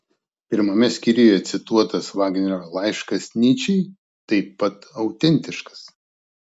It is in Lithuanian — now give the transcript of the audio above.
pirmame skyriuje cituotas vagnerio laiškas nyčei taip pat autentiškas